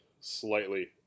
slightly